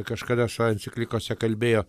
kažkada šansi klinikose kalbėjo